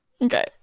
Okay